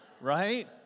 right